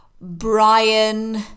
Brian